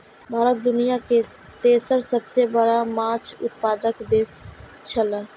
भारत दुनिया के तेसर सबसे बड़ा माछ उत्पादक देश छला